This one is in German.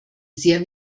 sehr